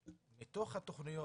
מתוך התכניות,